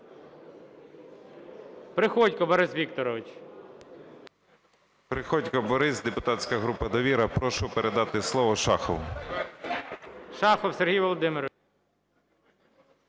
Приходько Борис, депутатська група "Довіра". Прошу передати слово Шахову.